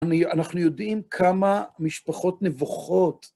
אנחנו יודעים כמה משפחות נבוכות.